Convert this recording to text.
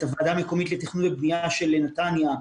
את הוועדה המקומית לתכנון ובנייה של נתניה.